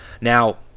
Now